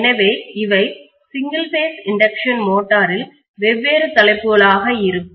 எனவே இவை single phase induction மோட்டரில் வெவ்வேறு தலைப்புகளாக இருக்கும்